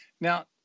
Now